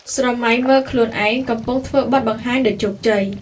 ស្រមៃមើលខ្លួនឯងកំពុងធ្វើបទបង្ហាញដោយជោគជ័យ។